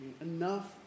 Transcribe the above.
Enough